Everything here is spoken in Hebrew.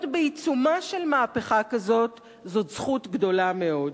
להיות בעיצומה של מהפכה כזאת זאת זכות גדולה מאוד.